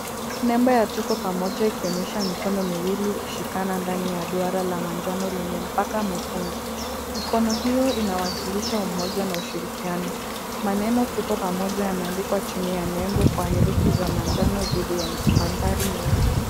Nembo ya Tuko pamoja ikaonyesha mikono miwili ikishikana ndani ya duara la manjano lenye mpaka mwekundu. Mikono hiyo inawakilisha umoja na ushirikiano. Maneno Tuko pamoja yameandikwa chini ya nembo kwa herufi za manjano dhidi ya mandhari nyeusi.